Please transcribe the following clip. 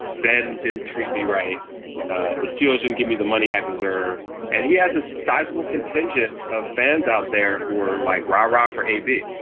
ben didn't treat me right the steelers and give me the money i deserved and he has a sizable contingent of fans out there were like rah rah for a bit.